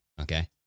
Okay